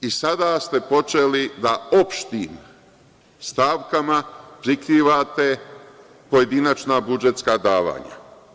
I, sada ste počeli da opštim stavkama prikrivate pojedinačna budžetska davanja.